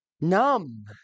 numb